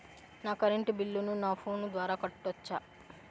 నా కరెంటు బిల్లును నా ఫోను ద్వారా కట్టొచ్చా?